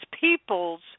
people's